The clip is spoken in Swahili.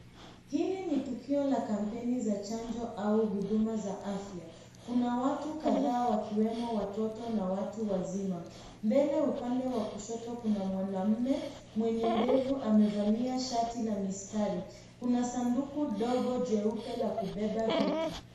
Hili ni tukio la kampeni za chanjo au huduma za afya kuna watu kadhaa wakiwemo watoto na watu wazima, mbele upande wa kushoto kuna mwanamume mwenye ndevu amevalia shati la mistari .kuna sanduku dogo jeupe la kubeba vitu.